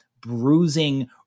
bruising